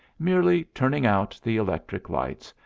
merely turning out the electric lights,